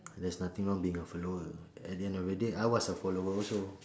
there's nothing wrong being a follower at the end of the day I was a follower also